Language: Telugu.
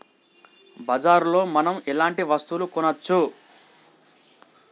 బజార్ లో మనం ఎలాంటి వస్తువులు కొనచ్చు?